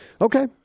Okay